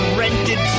rented